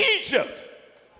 Egypt